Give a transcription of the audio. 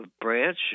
branch